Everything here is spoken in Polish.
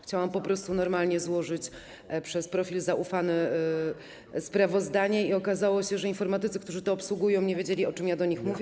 Chciałam po prostu normalnie złożyć przez profil zaufany sprawozdanie i okazało się, że informatycy, którzy to obsługują, nie wiedzieli, o czym ja do nich mówię.